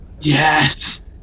Yes